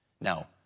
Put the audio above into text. Now